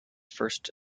first